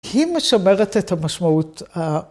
‫היא משמרת את המשמעות.